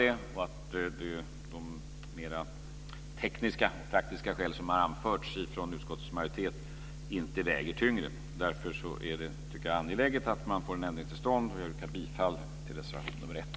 De mer tekniska och praktiska skäl som har anförts av utskottets majoritet väger inte tyngre. Därför tycker jag att det är angeläget att man får en ändring till stånd. Jag yrkar bifall till reservation 1.